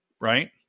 Right